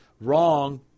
wrong